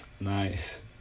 nice